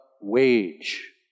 wage